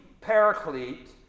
Paraclete